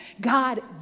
God